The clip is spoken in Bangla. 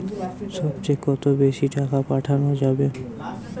সব চেয়ে কত বেশি টাকা পাঠানো যাবে?